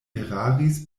eraris